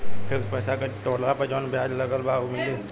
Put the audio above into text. Fix पैसा के तोड़ला पर जवन ब्याज लगल बा उ मिली?